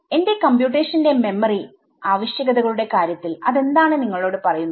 എന്റെ കമ്പ്യൂട്ടേഷന്റെ മെമ്മറി ആവശ്യകതകളുടെ കാര്യത്തിൽ അതെന്താണ് നിങ്ങളോട് പറയുന്നത്